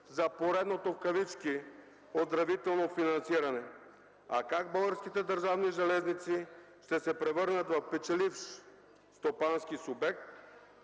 за „поредното” оздравително финансиране, а как Българските държавни железници ще се превърнат в печеливш стопански обект